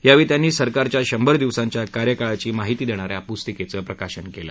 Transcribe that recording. यावेळी त्यांनी सरकारच्या शंभर दिवसांच्या कार्यकाळाची माहिती देणाऱ्या पुस्तिकेचं प्रकाशन केलं